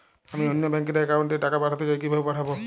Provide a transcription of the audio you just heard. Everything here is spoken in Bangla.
আমি অন্য ব্যাংক র অ্যাকাউন্ট এ টাকা পাঠাতে চাই কিভাবে পাঠাবো?